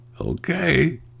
Okay